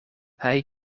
hij